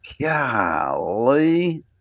golly